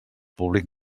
públic